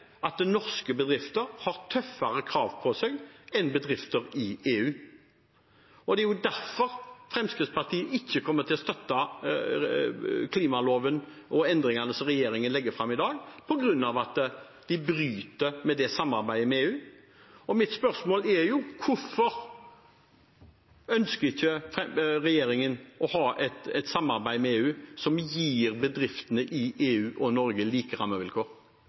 at norske bedrifter har tøffere krav på seg enn bedrifter i EU. Det er derfor Fremskrittspartiet ikke kommer til å støtte klimaloven og endringene som regjeringen legger fram i dag, på grunn av at de bryter med det samarbeidet med EU. Mitt spørsmål er: Hvorfor ønsker ikke regjeringen å ha et samarbeid med EU som gir bedriftene i EU og Norge like rammevilkår?